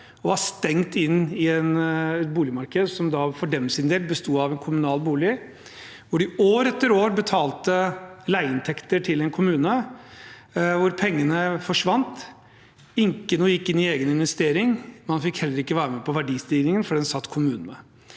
var stengt inne i et boligmarked som da, for deres del, besto av en kommunal bolig, hvor de år etter år betalte leieinntekter til en kommune, og hvor pengene forsvant. Ingenting gikk inn i egen investering, og man fikk heller ikke være med på verdistigningen, for den satt kommunen med.